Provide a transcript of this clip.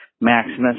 Maximus